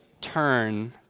turn